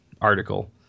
article